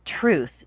truth